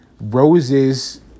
roses